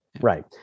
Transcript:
Right